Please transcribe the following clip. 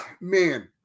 man